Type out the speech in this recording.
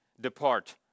depart